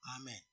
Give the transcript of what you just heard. Amen